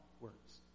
works